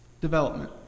development